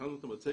הכנו את המצגת.